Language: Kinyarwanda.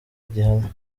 gihamya